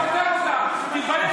אותם, תתבייש לך.